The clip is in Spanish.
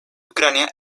ucrania